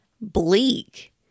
bleak